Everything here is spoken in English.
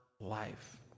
life